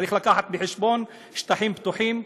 צריך להביא בחשבון שטחים פתוחים,